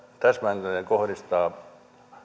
täsmälleen kohdistaa